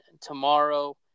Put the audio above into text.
tomorrow